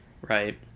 Right